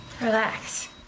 Relax